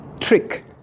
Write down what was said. trick